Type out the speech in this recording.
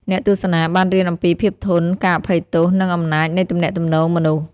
អ្នកទស្សនាបានរៀនអំពីភាពធន់ ការអភ័យទោស និងអំណាចនៃទំនាក់ទំនងមនុស្ស។